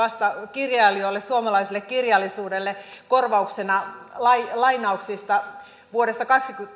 kirjailijoille suomalaiselle kirjallisuudelle korvauksena lainauksista vasta vuodesta